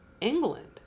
England